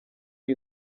iyi